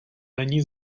není